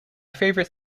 favorite